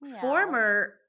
Former